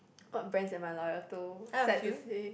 what brands am I loyal to sad to say